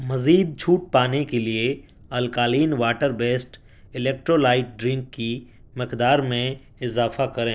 مزید چھوٹ پانے کے لیے alkaline water based electrolyte drink کی مقدار میں اضافہ کریں